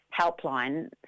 helpline